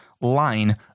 line